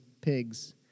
pigs